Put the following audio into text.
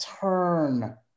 turn